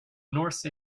norse